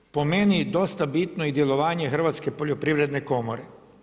Tu je po meni dosta bitno i djelovanje Hrvatske poljoprivredne komore.